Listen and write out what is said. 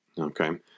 Okay